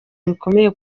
bikomeye